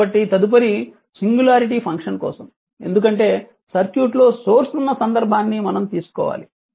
కాబట్టి తదుపరి singularity function కోసం ఎందుకంటే సర్క్యూట్లో సోర్స్ ఉన్న సందర్భాన్ని మనం తీసుకోవాలి